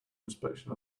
inspection